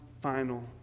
final